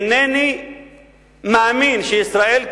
אינני מאמין שישראל,